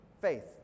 faith